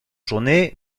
journée